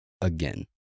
again